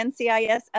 NCIS